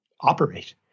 operate